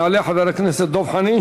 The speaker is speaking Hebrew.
יעלה חבר הכנסת דב חנין,